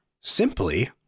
Simply